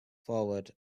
forward